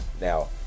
Now